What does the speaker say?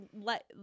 let